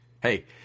hey